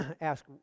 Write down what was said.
ask